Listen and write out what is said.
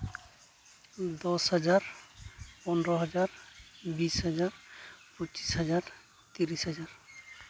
ᱫᱚᱥ ᱦᱟᱡᱟᱨ ᱯᱚᱱᱨᱚ ᱦᱟᱡᱟᱨ ᱵᱤᱥ ᱦᱟᱡᱟᱨ ᱯᱚᱸᱪᱤᱥ ᱦᱟᱡᱟᱨ ᱛᱤᱨᱤᱥ ᱦᱟᱡᱟᱨ